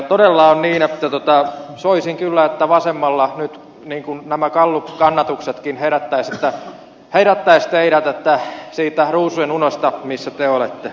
todella on niin että soisin kyllä että vasemmalla nyt nämä gallupkannatuksetkin herättäisivät teidät siitä ruususenunesta missä te olette